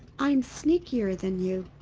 i'm sneakier than you.